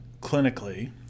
clinically